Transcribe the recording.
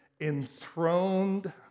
enthroned